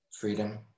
Freedom